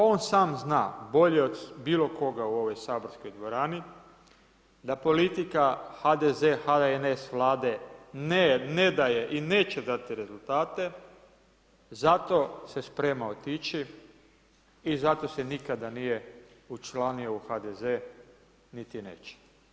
On sam zna, bolje od bilo koga u ovoj saborskoj dvorani, da politika HDZ, HNS Vlade ne daje i neće dati rezultate, zato se sprema otići i zato se nikada nije učlanio u HDZ, niti neće.